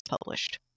published